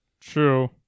true